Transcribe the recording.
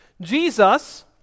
Jesus